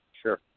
Sure